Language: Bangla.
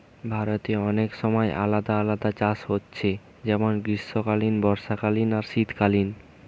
ভারতে অনেক সময় আলাদা আলাদা চাষ হচ্ছে যেমন গ্রীষ্মকালীন, বর্ষাকালীন আর শীতকালীন